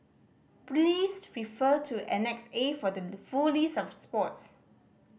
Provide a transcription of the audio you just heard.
please refer to Annex A for the full list of sports